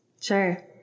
sure